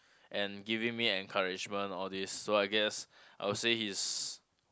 and giving me encouragement all this so I guess I will say he is